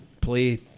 play